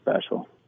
special